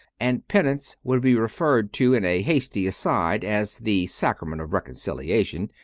and penance would be referred to in a hasty aside as the sacrament of reconciliation,